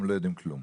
הם לא יודעים כלום.